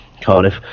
Cardiff